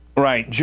right,